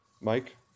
Mike